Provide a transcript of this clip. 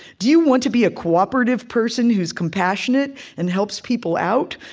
do you want to be a cooperative person who's compassionate and helps people out?